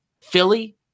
Philly